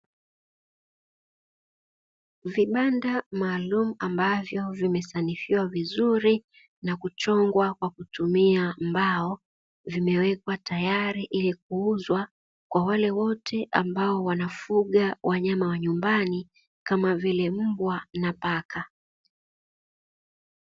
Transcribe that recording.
Vibanda maalumu ambavyo vimesanifiwa vizuri na kuchongwa kwa kutumia mbao, vimewekwa tayari ili kuuzwa kwa wale wote ambao wanafuga wanyama wa nyumbani kama vile mbwa na paka.